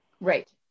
Right